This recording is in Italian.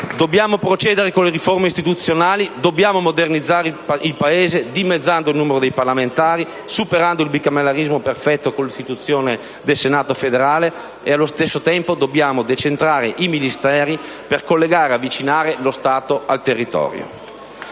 Dobbiamo procedere con le riforme istituzionali, dobbiamo modernizzare il Paese, dimezzando il numero dei parlamentari, superando il bicameralismo perfetto con l'istituzione del Senato federale e, allo spesso tempo, dobbiamo decentrare i Ministeri per collegare e avvicinare lo Stato al territorio.